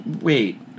Wait